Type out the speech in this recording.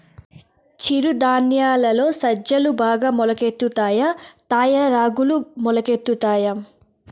చిరు ధాన్యాలలో సజ్జలు బాగా మొలకెత్తుతాయా తాయా రాగులు మొలకెత్తుతాయా